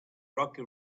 rocky